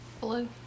Blue